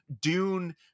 Dune